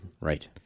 Right